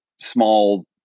small